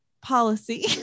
policy